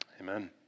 amen